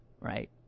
right